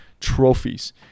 trophies